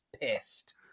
pissed